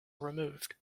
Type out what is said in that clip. removed